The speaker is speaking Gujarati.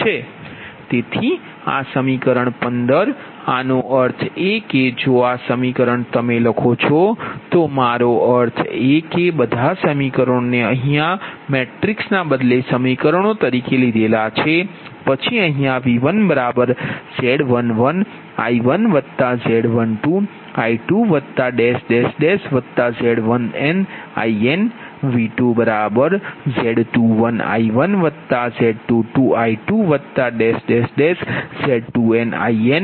તેથી આ સમીકરણ 15 આનો અર્થ એ કે જો આ સમીકરણ તમે લખો છો તો મારો અર્થ એ છે કે બધા સમીકરણો ને અહીયા મેટ્રિક્સને બદલે સમીકરણો લીધા છે પછી V1Z11I1Z12I2Z1nInV2Z21I1Z22I2Z2nInV3Z31I1Z32I2Z3nIn